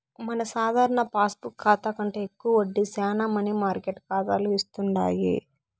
మన సాధారణ పాస్బుక్ కాతా కంటే ఎక్కువ వడ్డీ శానా మనీ మార్కెట్ కాతాలు ఇస్తుండాయి